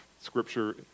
scripture